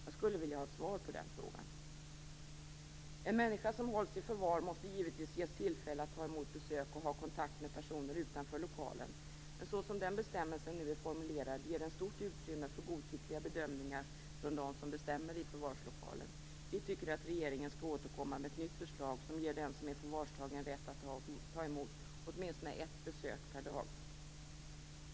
Jag skulle vilja ha ett svar på den frågan. En människa som hålls i förvar måste givetvis ges tillfälle att ta emot besök och ha kontakt med personer utanför lokalen. Men så som bestämmelsen nu är formulerad ger den stort utrymme för godtyckliga bedömningar av dem som bestämmer i förvarslokalen. Vänsterpartiet tycker att regeringen skall återkomma med ett nytt förslag som ger den som är förvarstagen rätt att ta emot åtminstone ett besök per dag.